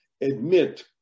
admit